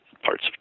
parts